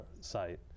site